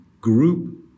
group